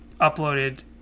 uploaded